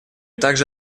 также